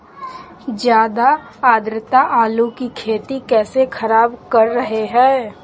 ज्यादा आद्रता आलू की खेती कैसे खराब कर रहे हैं?